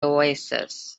oasis